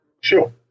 Sure